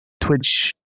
Twitch